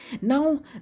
now